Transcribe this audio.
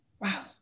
Wow